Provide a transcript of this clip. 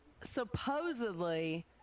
supposedly